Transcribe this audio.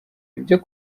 ibyo